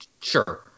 sure